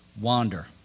wander